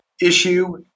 issue